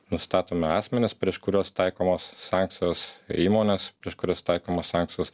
nustatomi asmenys prieš kuriuos taikomos sankcijos įmonės prieš kurias taikomos sankcijos